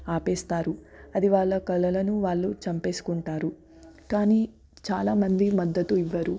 ఆపేస్తారు అది వాళ్ళ కలలను వాళ్ళు చంపేసుకుంటారు కానీ చాలామంది మద్దతు ఇవ్వరు